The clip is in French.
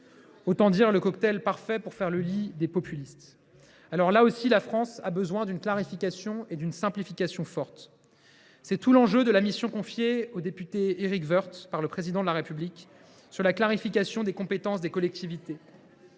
autant dire le cocktail parfait pour faire le lit des populistes. Alors, là aussi, la France a besoin d’une simplification forte. C’est tout l’enjeu de la mission confiée au député Éric Woerth par le Président de la République sur la clarification des compétences des collectivités.